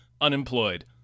unemployed